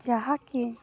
ଯାହାକି